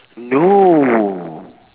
no